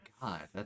God